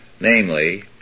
namely